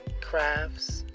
crafts